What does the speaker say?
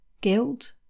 guilt